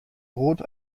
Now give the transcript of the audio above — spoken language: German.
rot